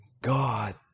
God